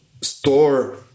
store